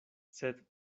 sed